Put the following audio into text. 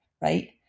right